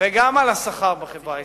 וגם על השכר בחברה הישראלית,